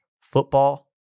football